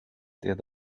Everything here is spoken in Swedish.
det